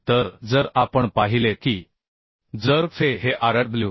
तर जर आपण पाहिले की जर Fe हे Rw